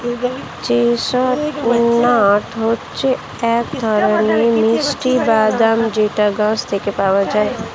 chestnut হচ্ছে এক ধরনের মিষ্টি বাদাম যেটা গাছ থেকে পাওয়া যায়